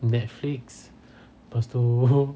netflix lepas tu